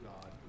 god